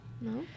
No